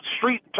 street